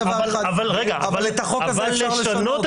אבל את החוק הזה אפשר לשנות ב-61.